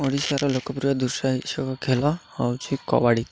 ଓଡ଼ିଶାର ଲୋକପ୍ରିୟ ଦୁଃସାହସିକ ଖେଳ ହେଉଛି କବାଡ଼ି